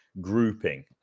grouping